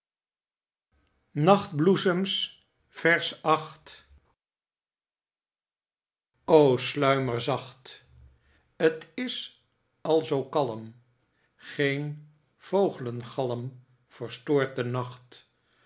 macht o sluimer zacht t is al zoo kalm geen vooglengalm verstoort de nacht